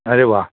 અરે વાહ